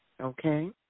Okay